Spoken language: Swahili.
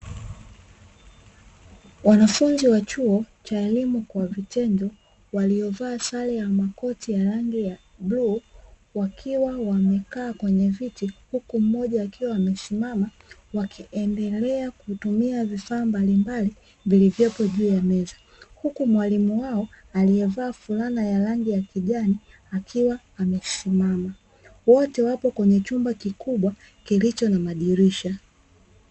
Wanafunzi wa chuo cha elimu ya vitendo waliovaa sare ya makoti ya rangi ya bluu wakiwa wamekaa kwenye viti huku mmoja akiwa amesimama wakiendelea kutumia vifaa mbalimbali vilivyopo juu ya meza huku mwalimu wao alievaa fulana ya rangi ya kijani akiwa amesimama. wote wapo kwenye chumba kikubwa kilicho na madirisha.